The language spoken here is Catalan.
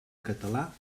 català